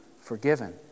forgiven